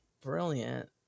brilliant